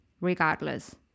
regardless